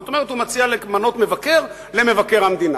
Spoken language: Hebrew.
זאת אומרת, הוא מציע למנות מבקר למבקר המדינה.